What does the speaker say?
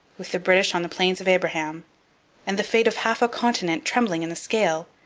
with the british on the plains of abraham and the fate of half a continent trembling in the scale,